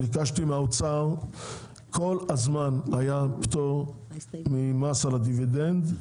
ביקשתי מהאוצר כל הזמן היה פטור ממס על הדיבידנד,